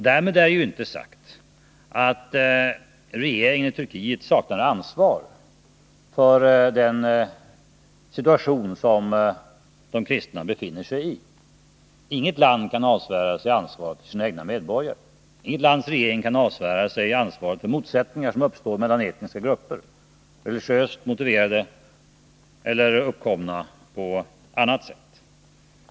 Därmed har jag ju inte sagt att regeringen i Turkiet saknar ansvar för den situation som de kristna befinner sig i. Inget lands regering kan avsvära sig sitt ansvar för sina egna medborgare, för de motsättningar som uppstår mellan olika etniska grupper, religiöst motiverade eller uppkomna på annat sätt.